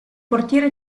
portiere